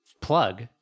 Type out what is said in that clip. plug